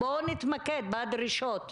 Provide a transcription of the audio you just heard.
בואו נתמקד בדרישות.